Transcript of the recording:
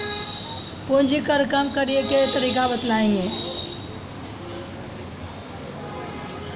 पूंजी कर कम करैय के तरीका बतैलकै